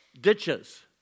ditches